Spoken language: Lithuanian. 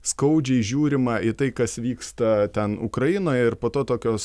skaudžiai žiūrima į tai kas vyksta ten ukrainoje ir po to tokios